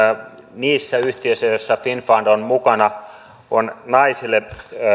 niissä yhtiöissä joissa finnfund on mukana on naisille